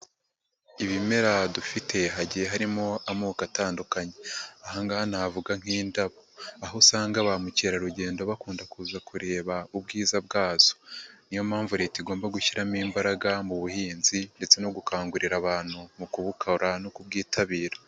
lbimera dufite hagiye harimo amoko atandukanye, aha ngaha navuga nk'indabo ,aho usanga ba mukerarugendo bakunda kuza kureba ubwiza bwazo .Niyo mpamvu leta igomba gushyiramo imbaraga mu buhinzi ,ndetse no gukangurira abantu mu kubukora no kubwitabira.